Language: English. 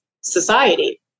society